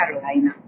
Carolina